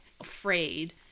afraid